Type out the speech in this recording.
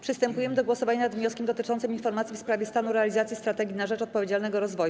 Przystępujemy do głosowania nad wnioskiem dotyczącym informacji w sprawie stanu realizacji Strategii na rzecz Odpowiedzialnego Rozwoju.